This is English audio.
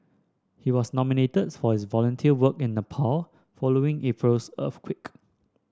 he was nominated for his volunteer work in Nepal following April's earthquake